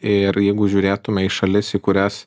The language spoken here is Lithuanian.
ir jeigu žiūrėtume į šalis į kurias